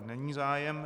Není zájem.